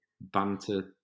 banter